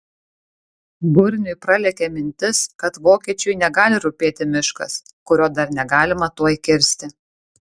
burniui pralėkė mintis kad vokiečiui negali rūpėti miškas kurio dar negalima tuoj kirsti